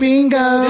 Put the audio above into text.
Bingo